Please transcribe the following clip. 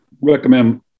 recommend